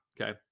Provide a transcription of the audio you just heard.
Okay